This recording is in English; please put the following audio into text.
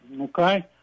okay